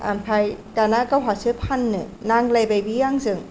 आमफाय दाना गावहासो फाननो नांलायबाय बेयो आंजों